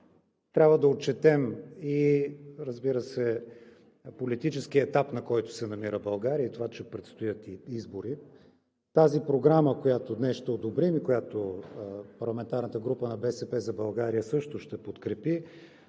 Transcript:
Трябва да отчетем и, разбира се, политическия етап, на който се намира България, и това, че предстоят и избори. Тази програма, която днес ще одобрим, която парламентарната група на „БСП за България“ също ще подкрепи,